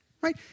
right